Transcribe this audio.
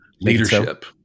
leadership